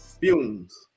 fumes